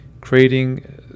creating